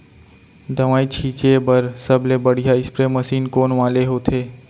दवई छिंचे बर सबले बढ़िया स्प्रे मशीन कोन वाले होथे?